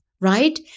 Right